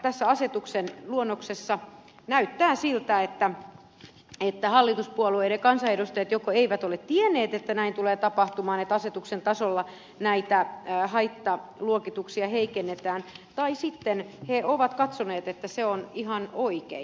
tässä asetuksen luonnoksessa näyttää siltä että hallituspuolueiden kansanedustajat joko eivät ole tienneet että näin tulee tapahtumaan että asetuksen tasolla näitä haittaluokituksia heikennetään tai sitten he ovat katsoneet että se on ihan oikein